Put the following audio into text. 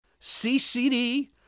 CCD